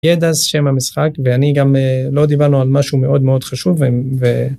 ידע זה שם המשחק ואני גם לא דיברנו על משהו מאוד מאוד חשוב.